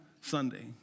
Sunday